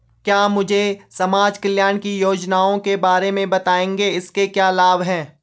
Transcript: क्या मुझे समाज कल्याण की योजनाओं के बारे में बताएँगे इसके क्या लाभ हैं?